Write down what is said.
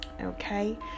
okay